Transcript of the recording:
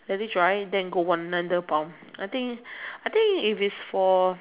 let it dry then go one another pump I think I think if it's for